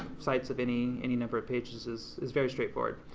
sites of any any number of pages is is very straightforward.